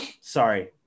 Sorry